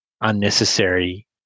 Unnecessary